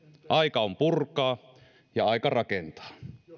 aika on purkaa ja aika rakentaa